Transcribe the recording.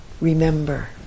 remember